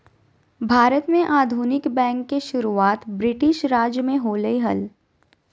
भारत में आधुनिक बैंक के शुरुआत ब्रिटिश राज में होलय हल